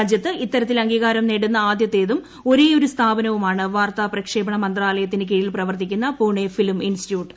രാജൃത്ത് ഇത്തരത്തിൽ അംഗീകാരം നേടുന്ന ആദ്യത്തേതും ഒരേയൊരു സ്ഥാപനവുമാണ് വാർത്താ പ്രക്ഷേപണ മന്ത്രാലയത്തിനു കീഴിൽ പ്രവർത്തിക്കുന്ന പൂണെ ഫിലിം ഇൻസ്റ്റിറ്റ്യൂട്ട്